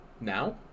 Now